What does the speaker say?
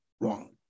wrong